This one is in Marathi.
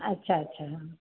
अच्छा अच्छा हां